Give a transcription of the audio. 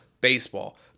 baseball